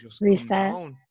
Reset